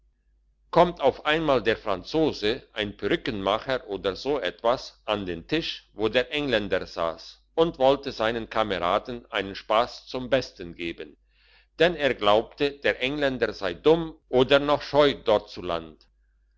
kommt auf einmal der franzose ein perückenmacher oder so etwas an den tisch wo der engländer sass und wollte seinen kameraden einen spass zum besten geben denn er glaubte der engländer sei dumm oder noch scheu dortzuland